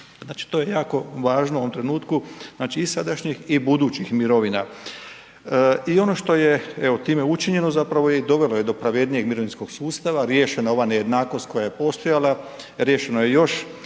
Znači to je jako važno u ovom trenutku, znači i sadašnjih i budućih mirovina. I ono što je evo time učinjeno zapravo je i dovelo do pravednijeg mirovinskog sustava, riješena je ova nejednakost koja je postojala, riješeno je još